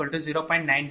u